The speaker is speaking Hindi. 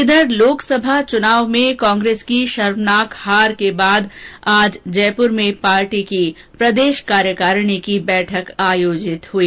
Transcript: इधर लोकसभा चुनाव में कांग्रेस की शर्मनाक हार के बाद आज जयपुर में पार्टी की प्रदेष कार्यकारिणी की बैठक आयोजित हई